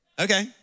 Okay